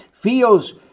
feels